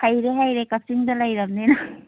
ꯍꯩꯔꯦ ꯍꯩꯔꯦ ꯀꯛꯆꯤꯡꯗ ꯂꯩꯔꯕꯅꯤꯅ